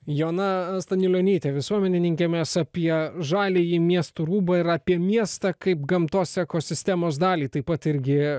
joana staniulionytė visuomenininkė mes apie žaliąjį miesto rūbą ir apie miestą kaip gamtos ekosistemos dalį taip pat irgi